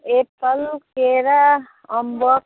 Apple केरा अम्बक